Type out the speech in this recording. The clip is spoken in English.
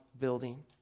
building